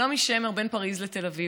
נעמי שמר בין פריז לתל אביב.